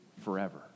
forever